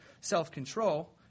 self-control